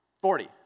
Forty